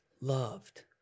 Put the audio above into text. loved